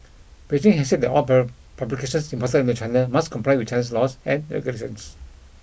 Beijing has said that all publications imported into China must comply with Chinese laws and regulations